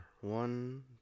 One